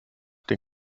den